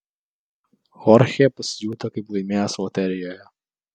chorchė pasijuto kaip laimėjęs loterijoje